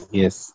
yes